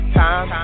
time